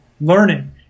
learning